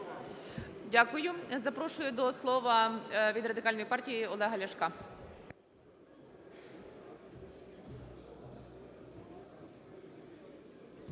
Дякую. Запрошую до слова від Радикальної партії Олега Ляшка.